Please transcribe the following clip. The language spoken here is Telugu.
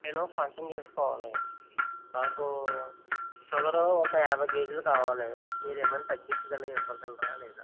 మేము ఫంక్షన్ చేసుకోవాలి మాకు షుగరు ఒక యాభై కేజీలు కావాలి మీరు ఏమైన తగ్గించగలిగి ఇవ్వగలరా లేదా